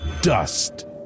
dust